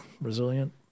resilient